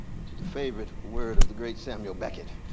which is a favorite word of the great samuel beckett.